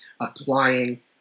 applying